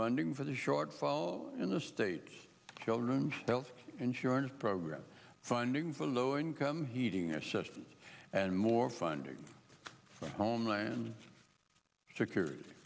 funding for the shortfall in the state children's health insurance program funding for low income heating assistance and more funding for homeland security